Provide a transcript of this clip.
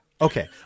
Okay